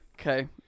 Okay